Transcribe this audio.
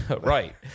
right